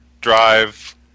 Drive